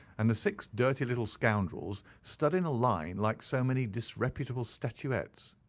and the six dirty little scoundrels stood in a line like so many disreputable statuettes.